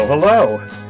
Hello